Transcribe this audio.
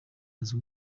uzi